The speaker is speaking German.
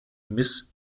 miss